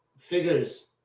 figures